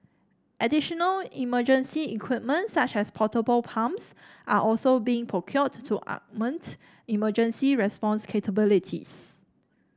additional emergency equipment such as portable pumps are also being procured to augment emergency response capabilities